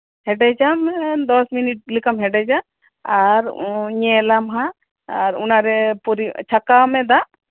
ᱦᱮᱰᱮᱡᱟᱢ ᱫᱚᱥᱢᱤᱱᱤᱴ ᱞᱮᱠᱟᱢ ᱦᱮᱰᱮᱡᱟ ᱟᱨ ᱧᱮᱞ ᱟᱢ ᱦᱟᱜ ᱟᱨ ᱚᱱᱟᱨᱮ ᱪᱷᱟᱠᱟᱣ ᱢᱮ ᱫᱟᱜ